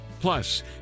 plus